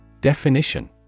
Definition